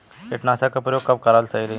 कीटनाशक के प्रयोग कब कराल सही रही?